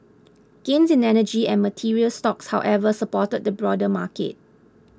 gains in energy and materials stocks however supported the broader marker